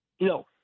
No